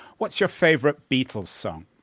what's your favorite beatles song?